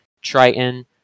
Triton